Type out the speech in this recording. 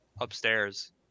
upstairs